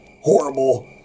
horrible